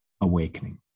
AWAKENING